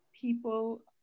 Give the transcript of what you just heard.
people